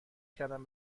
کردم